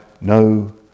no